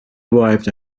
arrived